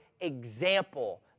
example